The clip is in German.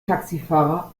taxifahrer